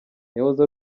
yahoze